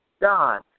God